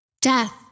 Death